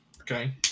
Okay